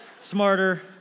smarter